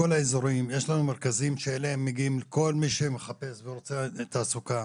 בכל האזורים יש לנו מרכזים שאליהם מגיע כל מי שמחפש ורוצה תעסוקה,